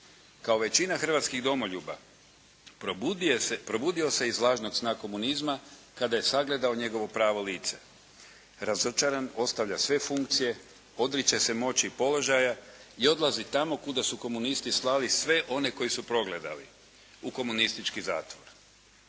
Kao većina hrvatskih domoljuba probudio se iz lažnog sna komunizma kada je sagledao njegovo pravo lice. Razočaran ostavlja sve funkcije, odriče se moći i položaja i odlazi tamo kuda su komunisti slali sve one koji su progledali, u komunistički zatvor,